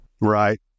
Right